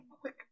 quick